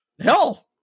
Hell